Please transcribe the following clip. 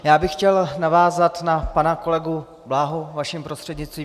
Já bych chtěl navázat na pana kolegu Bláhu vaším prostřednictvím.